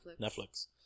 Netflix